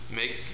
make